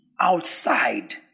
outside